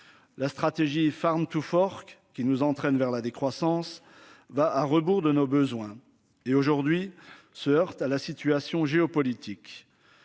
La stratégie farm to Forks qui nous entraîne vers la décroissance va à rebours de nos besoins et aujourd'hui se heurte à la situation géopolitique.